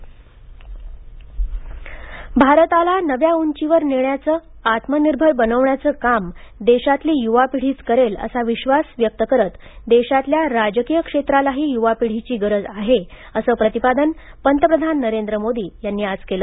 राष्ट्रीय युवा संसद भारताला नव्या उंचीवर नेण्याचं आत्मनिर्भर बनवण्याचं काम देशातली युवा पिढीच करेल असा विश्वास व्यक्त करत देशातल्या राजकीय क्षेत्रालाही युवा पिढीची गरज आहे असं प्रतिपादन पंतप्रधान नरेंद्र मोदी यांनी आज केलं